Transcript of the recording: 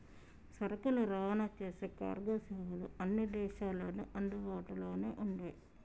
సరుకులు రవాణా చేసేకి కార్గో సేవలు అన్ని దేశాల్లోనూ అందుబాటులోనే ఉండే